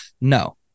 No